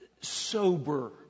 sober